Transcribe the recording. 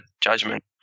judgment